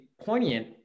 poignant